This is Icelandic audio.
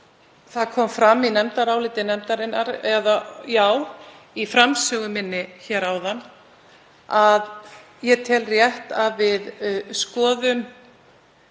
Það kom fram í áliti nefndarinnar, í framsögu minni hér áðan, að ég tel rétt að við skoðum